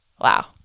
Wow